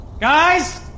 Guys